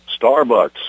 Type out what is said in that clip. Starbucks